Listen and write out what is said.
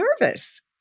nervous